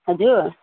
हजुर